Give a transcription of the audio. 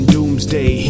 Doomsday